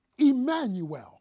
Emmanuel